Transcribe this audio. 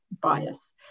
bias